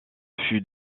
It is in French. fut